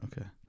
okay